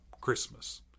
Christmas